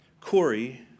Corey